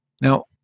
Now